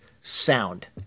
sound